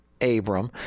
Abram